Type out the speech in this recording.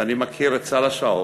ואני מכיר את סל השעות,